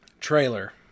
trailer